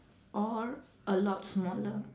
or a lot smaller